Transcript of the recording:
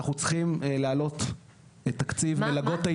אנחנו צריכים להעלות את תקציב מלגות ההתמחות.